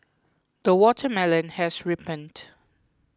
the watermelon has ripened